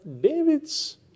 David's